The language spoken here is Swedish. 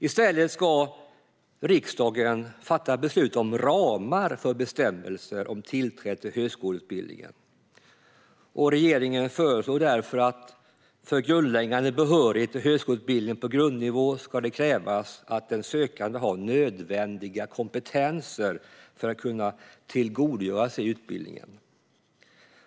I stället ska riksdagen fatta beslut om ramar för bestämmelser om tillträde till högskoleutbildning. Regeringen föreslår därför följande: För grundläggande behörighet till högskoleutbildning på grundnivå ska det krävas att den sökande har nödvändiga kompetenser för att kunna tillgodogöra sig utbildningen.